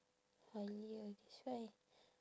Halia that's why